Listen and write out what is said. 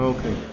Okay